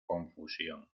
confusión